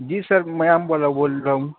جی sir میں آم والا بول رہا ہوں